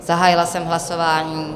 Zahájila jsem hlasování.